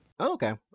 Okay